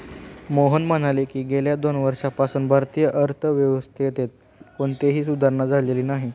मोहन म्हणाले की, गेल्या दोन वर्षांपासून भारतीय अर्थव्यवस्थेत कोणतीही सुधारणा झालेली नाही